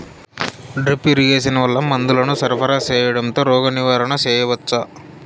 Drip irrigation వల్ల మందులను సరఫరా సేయడం తో రోగ నివారణ చేయవచ్చా?